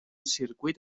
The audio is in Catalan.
circuit